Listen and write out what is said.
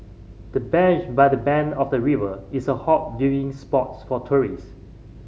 the bench by the bank of the river is a hot viewing spots for tourist